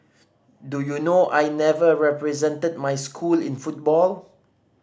do you know I never represented my school in football